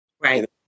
Right